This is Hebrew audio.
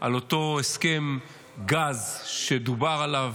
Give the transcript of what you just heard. על אותו הסכם גז, שדובר עליו,